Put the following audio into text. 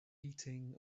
eating